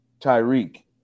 Tyreek